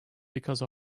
because